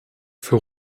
für